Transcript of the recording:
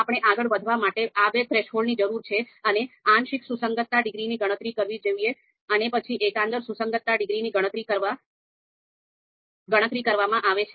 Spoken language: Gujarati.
આપણે આગળ વધવા માટે આ બે થ્રેશોલ્ડની જરૂર છે અને આંશિક સુસંગતતા ડિગ્રીની ગણતરી કરવી જોઈએ અને પછી એકંદર સુસંગતતા ડિગ્રી ની ગણતરી કરવામાં આવે છે